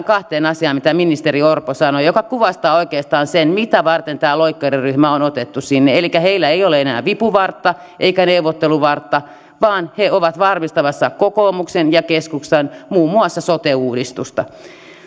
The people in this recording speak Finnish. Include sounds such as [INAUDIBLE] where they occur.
[UNINTELLIGIBLE] kahteen asiaan mitä ministeri orpo sanoi jotka kuvastavat oikeastaan sitä mitä varten tämä loikkariryhmä on otettu sinne elikkä heillä ei ole enää vipuvartta eikä neuvotteluvartta vaan he ovat varmistamassa muun muassa kokoomuksen ja keskustan sote uudistusta